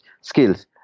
skills